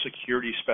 security